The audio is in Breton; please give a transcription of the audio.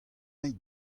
hini